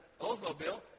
Oldsmobile